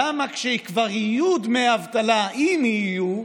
למה כשכבר יהיו דמי אבטלה, אם יהיו,